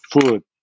food